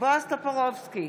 בועז טופורובסקי,